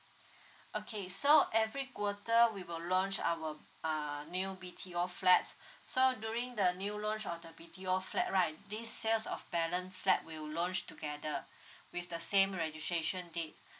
okay so every quarter we will launch our uh new B_T_O flats so during the new launch of the B_T_O flat right this sales of balance flat will launch together with the same registration date